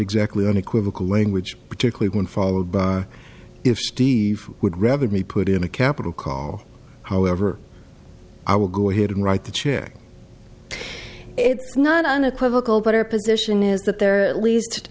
exactly unequivocal language particularly when followed by if steve would rather be put in a capital call however i will go ahead and write the check it's not unequivocal but our position is that there are at least